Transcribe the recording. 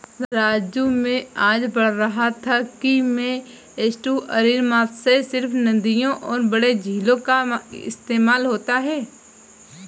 राजू मैं आज पढ़ रहा था कि में एस्टुअरीन मत्स्य सिर्फ नदियों और बड़े झीलों का इस्तेमाल होता है